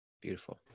Beautiful